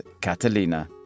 Catalina